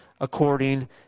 according